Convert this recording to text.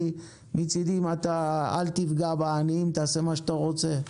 מצדי אל תפגע בעניים, תעשה מה שאתה רוצה.